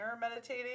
meditating